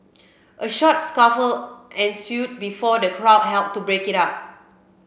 a short scuffle ensued before the crowd helped to break it up